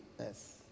Yes